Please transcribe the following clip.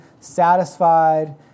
satisfied